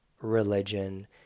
religion